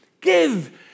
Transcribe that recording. give